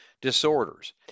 disorders